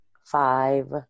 five